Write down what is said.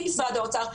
עם משרד האוצר,